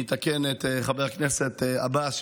אני אתקן את חבר הכנסת עבאס,